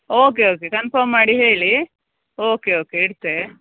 okay okay confirm ಮಾಡಿ ಹೇಳಿ okay okay ಇಡ್ತೆ